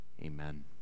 Amen